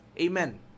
Amen